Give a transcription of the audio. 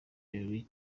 liebe